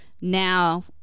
now